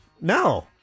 No